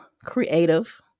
creative